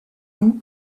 lou